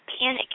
panic